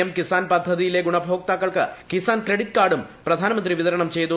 M Kisan പദ്ധതിയിലെ ഗുണഭോക്താക്കൾക്ക് Kisan credit കാർഡും പ്രധാനമന്ത്രി വിതരണം ചെയ്തു